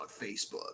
Facebook